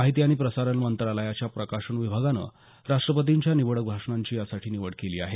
माहीती आणि प्रसारण मंत्रालयाच्या प्रकाशन विभागानं राष्ट्रपतींच्या निवडक भाषणांची यासाठी निवड केली आहे